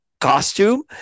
costume